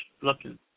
looking